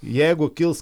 jeigu kils